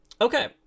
Okay